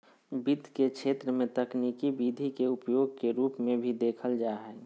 वित्त के क्षेत्र में तकनीकी विधि के उपयोग के रूप में भी देखल जा हइ